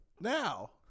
now